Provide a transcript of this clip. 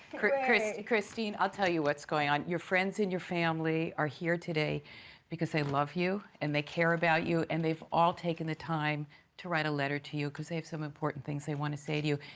cristine, i'll tell you what's going on. your friends and your family are here today because they love you and they care about you, and they've all taken the time to write a letter to you because they have some important things they want to say to you.